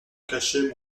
cachait